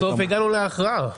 בסוף הגענו להכרעה.